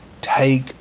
take